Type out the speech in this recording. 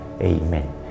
Amen